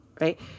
Right